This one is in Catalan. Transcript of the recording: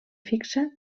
fixa